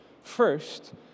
First